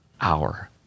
hour